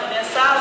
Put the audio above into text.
אדוני השר,